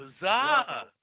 bizarre